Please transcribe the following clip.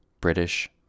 British